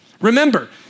Remember